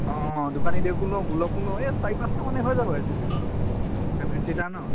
অ' দোকানী দেউকো লওঁ বুলকো লওঁ এই চাৰি পাচটা মানে হৈ যাব এক্স ইউ ভি ত ছেভেন ছিটাৰ ন